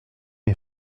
mes